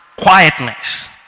quietness